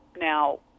Now